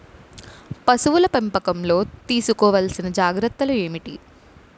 పశువుల పెంపకంలో తీసుకోవల్సిన జాగ్రత్తలు ఏంటి?